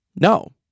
No